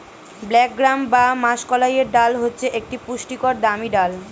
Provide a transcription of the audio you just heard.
black gram বা মাষকলাইয়ের ডাল হচ্ছে একটি পুষ্টিকর দামি ডাল